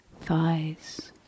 thighs